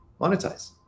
monetize